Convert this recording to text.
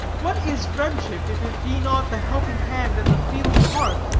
what is friendship, if it be not the helping hand and the feeling heart,